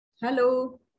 Hello